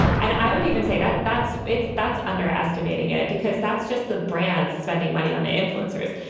and i would even say that that's it's that's underestimating it because that's just the brand spending money on influencers.